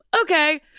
okay